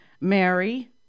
Mary